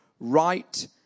right